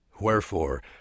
Wherefore